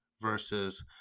versus